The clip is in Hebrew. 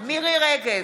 מירי מרים רגב,